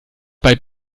beim